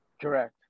Correct